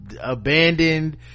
abandoned